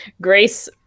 grace